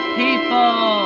people